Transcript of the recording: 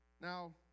now